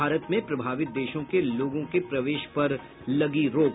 भारत में प्रभावित देशों के लोगों के प्रवेश पर लगी रोक